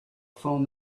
phone